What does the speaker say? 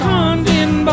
Condon